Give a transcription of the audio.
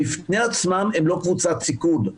בפני עצמם הם לא קבוצת סיכון,